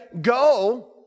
go